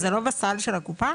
זה לא בסל של הקופה?